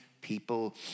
people